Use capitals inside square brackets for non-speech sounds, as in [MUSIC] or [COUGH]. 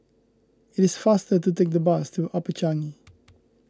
it is faster to take the bus to Upper Changi [NOISE]